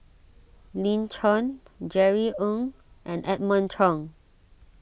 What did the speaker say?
Lin Chen Jerry Ng and Edmund Cheng